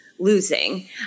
Losing